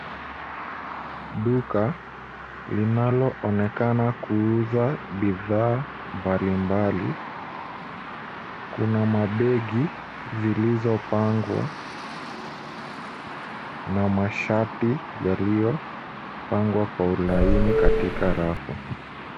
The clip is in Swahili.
Duka linaloonekana kuuza bidhaa mbalimbali. Kuna mabegi zilizopangwa na mashati yaliyopangwa kwa ulaini katika rafu.